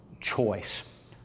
choice